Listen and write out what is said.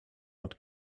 not